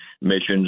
missions